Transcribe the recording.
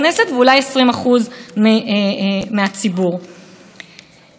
כל זה מצטרף לשורה של הצעות חוק שהממשלה